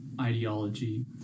ideology